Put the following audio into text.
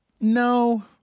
No